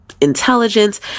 intelligence